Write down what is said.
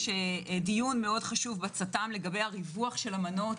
יש דיון מאוד חשוב בצט"ם לגבי הריווח של המנות.